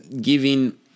giving